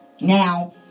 Now